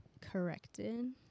corrected